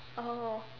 oh